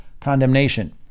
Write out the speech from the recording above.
condemnation